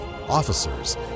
officers